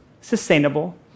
sustainable